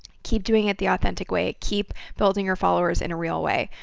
keep doing it the authentic way. keep building your followers in a real way,